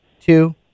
two